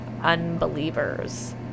unbelievers